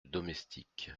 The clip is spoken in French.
domestique